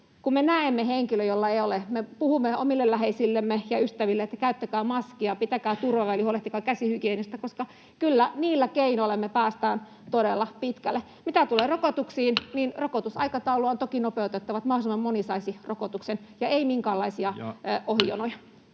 me näemme henkilön, jolla ei ole maskia, että me puhumme omille läheisillemme ja ystävillemme, että käyttäkää maskia, pitäkää turvaväli, huolehtikaa käsihygieniasta, koska kyllä niillä keinoilla me päästään todella pitkälle. Mitä tulee rokotuksiin, niin rokotusaikataulua on toki nopeutettava, että mahdollisimman moni saisi rokotuksen. Ja ei minkäänlaisia ohijonoja.